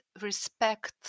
respect